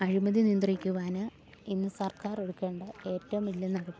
അഴിമതി നിയന്ത്രിക്കുവാന് ഇന്ന് സർക്കാറെടുക്കേണ്ട ഏറ്റവും വലിയ നടപടി